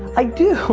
i do,